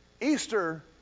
Easter